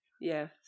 Yes